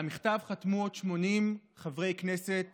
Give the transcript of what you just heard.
על המכתב חתמו עוד 80 חברי כנסת